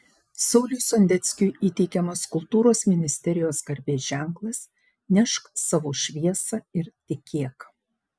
sauliui sondeckiui įteikiamas kultūros ministerijos garbės ženklas nešk savo šviesą ir tikėk